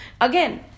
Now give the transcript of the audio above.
again